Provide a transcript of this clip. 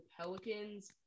Pelicans